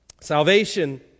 Salvation